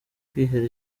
kwihera